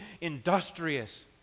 industrious